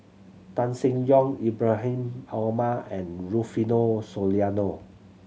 Tan Seng Yong Ibrahim Omar and Rufino Soliano